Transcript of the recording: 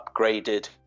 upgraded